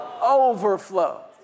overflow